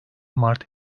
mart